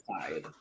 side